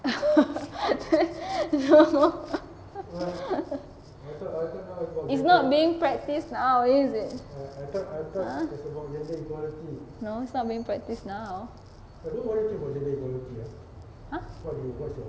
it's not being practised now is it !huh! no it's not being practised now !huh!